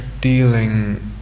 dealing